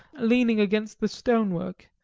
leaning against the stonework,